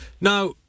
Now